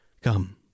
Come